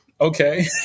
okay